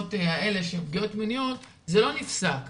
בעבירות האלה של פגיעות מיניות, זה לא נפסק.